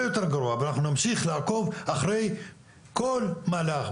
יותר גרוע ואנחנו נמשיך לעקוב אחרי כל מהלך.